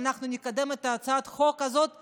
ואנחנו נקדם את הצעת החוק הזאת במהרה.